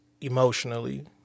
emotionally